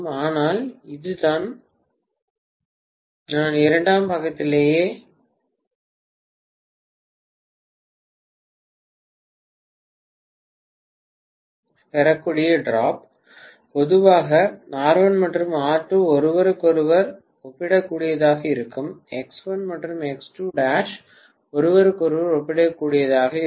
ஆனால் இதுதான் நான் இரண்டாம் பக்கத்திலேயே பெறக்கூடிய துளி பொதுவாக R1 மற்றும் R2' ஒருவருக்கொருவர் ஒப்பிடக்கூடியதாக இருக்கும் X1 மற்றும் X2' ஒருவருக்கொருவர் ஒப்பிடக்கூடியதாக இருக்கும்